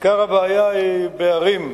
עיקר הבעיה היא בערים באר-שבע,